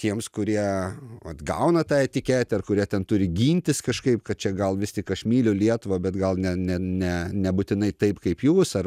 tiems kurie vat gauna tą etiketę ir kurie ten turi gintis kažkaip kad čia gal vis tik aš myliu lietuvą bet gal ne ne ne nebūtinai taip kaip jūs ar